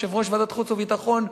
יושב-ראש ועדת החוץ והביטחון,